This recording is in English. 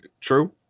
True